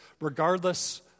regardless